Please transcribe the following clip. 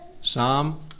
Psalm